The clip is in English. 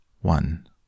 One